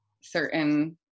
certain